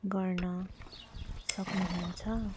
गर्न सक्नुहुन्छ